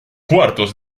cuartos